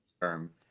term